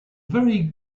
very